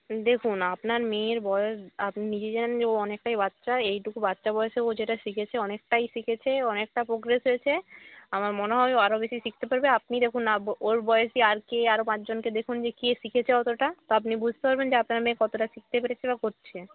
দেখুন আপনার মেয়ের বয়স আপনি নিজে জানেন যে ও অনেকটাই বাচ্চা এইটুকু বাচ্চা বয়সে ও যেটা শিখেছে অনেকটাই শিখেছে অনেকটা পোগ্রেস হয়েছে আমার মনে হয় ও আরও বেশি শিখতে পারবে আপনি দেখুন না ওর বয়সী আর কে আরও পাঁচজনকে দেখুন না যে কে শিখেছে অতোটা তো আপনি বুঝতে পারবেন যে আপনার মেয়ে কতোটা শিখতে পেরেছে বা করছে